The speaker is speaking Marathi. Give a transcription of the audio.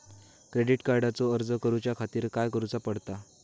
क्रेडिट कार्डचो अर्ज करुच्या खातीर काय करूचा पडता?